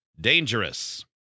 Dangerous